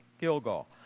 Gilgal